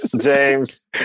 James